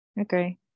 Okay